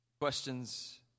Questions